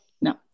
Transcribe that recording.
No